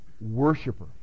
worshiper